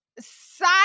Side